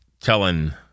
telling